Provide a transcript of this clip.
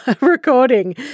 recording